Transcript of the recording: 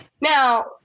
now